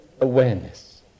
awareness